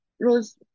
rose